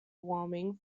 warming